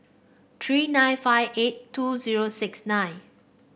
three nine five eight two zero six nine